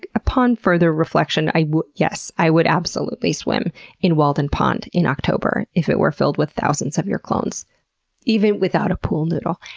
upon further reflection, yes i would absolutely swim in walden pond in october if it were filled with thousands of your clones even without a pool noodle.